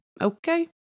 Okay